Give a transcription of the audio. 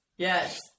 Yes